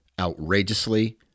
outrageously